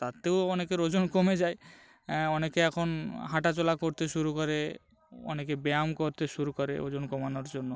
তাতেও অনেকের ওজন কমে যায় অনেকে এখন হাঁটাচলা করতে শুরু করে অনেকে ব্যায়াম করতে শুরু করে ওজন কমানোর জন্য